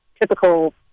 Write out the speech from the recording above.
typical